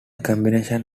combination